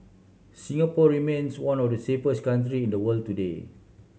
Singapore remains one of the safest countries in the world today